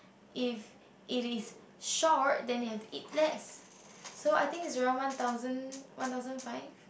if it is short then you have to eat less so I think is zero one thousand one thousand five